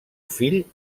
fill